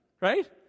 right